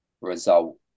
result